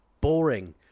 boring